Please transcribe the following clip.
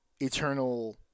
eternal